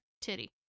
titty